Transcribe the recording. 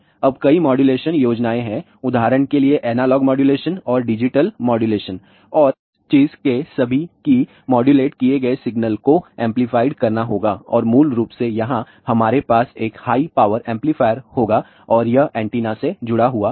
अब कई मॉड्यूलेशन योजनाएं हैं उदाहरण के लिए एनालॉग मॉड्यूलेशन और डिजिटल मॉड्यूलेशन और इस चीज के सभी कि मॉड्यूलेट किए गए सिग्नल को एंपलीफाइड करना होगा और मूल रूप से यहां हमारे पास एक हाई पावर एम्पलीफायर होगा और यह एंटीना से जुड़ा हुआ है